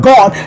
God